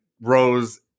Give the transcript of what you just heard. Rose